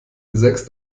sechs